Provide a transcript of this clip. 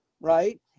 right